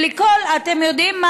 ואתם יודעים מה?